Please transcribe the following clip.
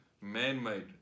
man-made